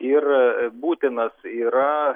ir būtinas yra